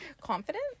Confident